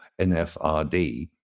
NFRD